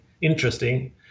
interesting